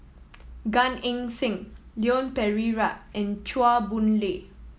Gan Eng Seng Leon Perera and Chua Boon Lay